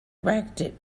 erected